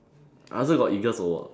I also got eagles award